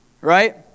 Right